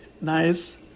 Nice